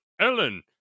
Ellen